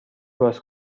باز